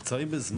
אנחנו קצרים בזמן,